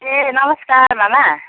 ए नमस्कार मामा